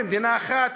במדינה אחת.